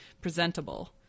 presentable